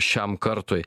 šiam kartui